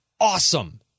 awesome